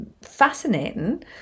fascinating